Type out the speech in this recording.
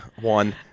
one